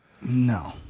No